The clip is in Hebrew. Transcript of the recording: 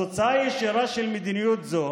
התוצאה הישירה של מדיניות זו